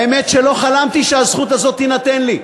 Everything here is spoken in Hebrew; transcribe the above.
האמת שלא חלמתי שהזכות הזאת תינתן לי,